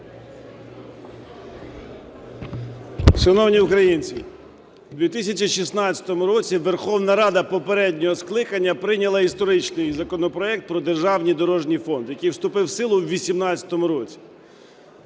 Шановні українці! У 2016 році Верховна Рада попереднього скликання прийняла історичний законопроект про державний дорожній фонд, який вступив в силу у 18-му році.